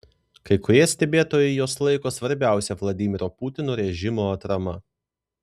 kai kurie stebėtojai juos laiko svarbiausia vladimiro putino režimo atrama